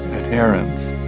adherents